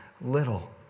little